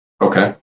Okay